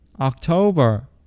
October